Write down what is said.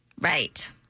right